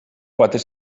quatre